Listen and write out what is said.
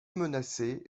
menacées